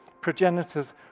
progenitors